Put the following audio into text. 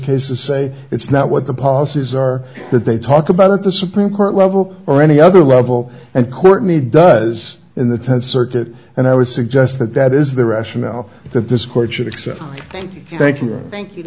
cases say it's not what the policies are that they talk about at the supreme court level or any other level and courtney does in the tenth circuit and i would suggest that that is the rationale tha